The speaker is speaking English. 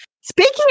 Speaking